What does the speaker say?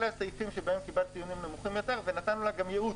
אלה הסעיפים שבהם קיבלת ציונים נמוכים יותר ונתנו לה גם ייעוץ.